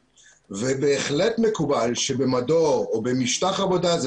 בהחלט מקובל שבמדור או במשטח עבודה זה